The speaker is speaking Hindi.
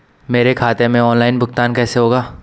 मेरे खाते में ऑनलाइन भुगतान कैसे होगा?